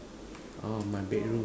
orh my bedroom